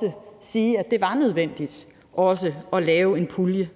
vil sige, at det var nødvendigt at lave en pulje